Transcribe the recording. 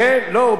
ואני אומר לך,